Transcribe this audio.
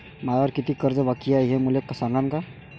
मायावर कितीक कर्ज बाकी हाय, हे मले सांगान का?